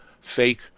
fake